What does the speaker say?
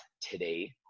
today